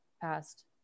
passed